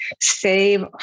save